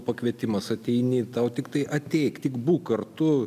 pakvietimas ateini tau tiktai ateik tik būk kartu